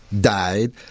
died